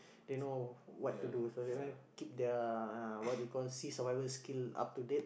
they know what to do so they keep their uh what we call sea survival skill up to date